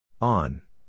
On